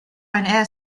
and